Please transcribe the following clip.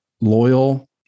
loyal